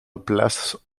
place